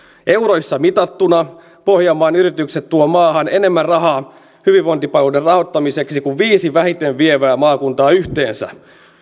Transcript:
euroissa mitattuna pohjanmaan yritykset tuovat maahan enemmän rahaa hyvinvointipalveluiden rahoittamiseksi kuin viisi vähiten vievää maakuntaa yhteensä